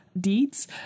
deeds